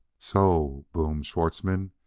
so! boomed schwartzmann,